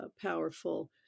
powerful